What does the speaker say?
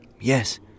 Yes